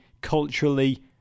culturally